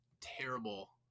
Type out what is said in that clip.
terrible